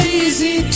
easy